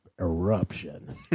eruption